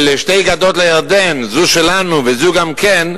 של "שתי גדות לירדן, זו שלנו זו גם כן",